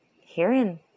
hearing